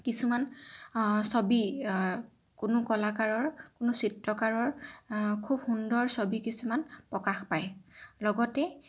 কিছুমান ছবি কোনো কলাকাৰৰ কোনো চিত্ৰকৰৰ খুব সুন্দৰ ছবি কিছুমান প্ৰকাশ পায় লগতে